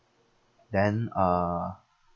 then uh